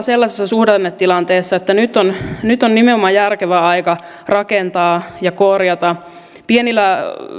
sellaisessa suhdannetilanteessa että nyt on nyt on nimenomaan järkevä aika rakentaa ja korjata